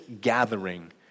gathering